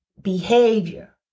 Behavior